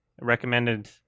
Recommended